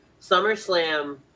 SummerSlam